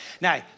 Now